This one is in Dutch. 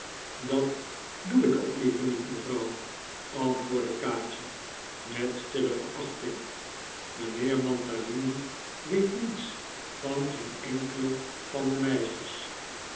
dat doe ik ook niet mevrouw antwoordde kaatje met stille verachting mijnheer mantalini weet niets van geen enkele van de meisjes